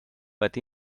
but